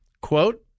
quote